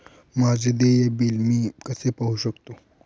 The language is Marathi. माझे देय बिल मी कसे पाहू शकतो?